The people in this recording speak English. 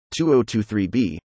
2023B